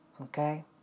Okay